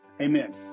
amen